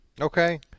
Okay